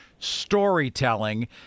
storytelling